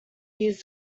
use